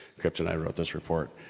cryptonite wrote this report.